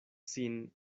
sin